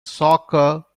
soccer